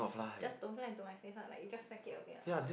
just don't fly into my face lah like you just smack it away lah